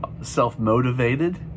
self-motivated